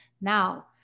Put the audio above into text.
Now